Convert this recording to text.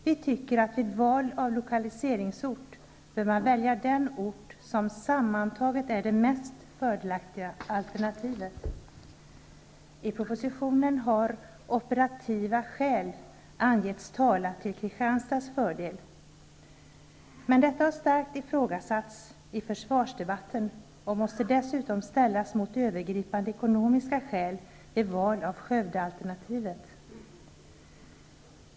Vi tycker att man vid val av lokaliseringsort bör välja den ort som sammantaget är det mest fördelaktiga alternativet. I propositionen har ''operativa skäl'' angetts tala till Kristianstads fördel. Men detta har starkt ifrågasatts i försvarsdebatten och måste dessutom ställas mot övergripande ekonomiska skäl vid val av Skövdealternativet.